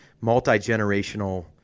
multi-generational